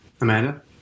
Amanda